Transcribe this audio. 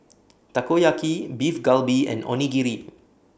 Takoyaki Beef Galbi and Onigiri